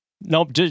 Nope